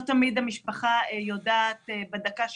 לא תמיד המשפחה יודעת בדקה שהיא מתלוננת מה קורה עם החקירה.